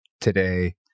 today